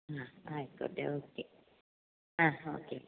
ആ ആയിക്കോട്ടെ ഓക്കെ ആ ഓക്കെ